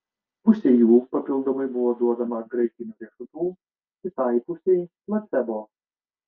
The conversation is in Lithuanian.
pusei jų papildomai buvo duodama graikinių riešutų kitai pusei placebo